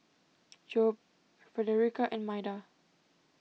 Jobe Fredericka and Maida